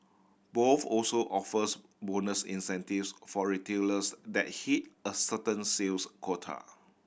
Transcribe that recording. both also offers bonus incentives for retailers that hit a certain sales quota